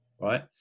Right